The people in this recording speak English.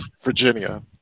Virginia